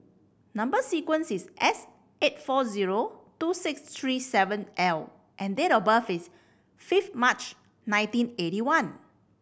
number sequence is S eight four zero two six three seven L and date of birth is fifth March nineteen eighty one